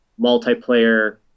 Multiplayer